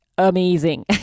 amazing